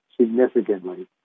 significantly